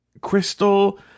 Crystal